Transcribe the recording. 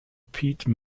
pete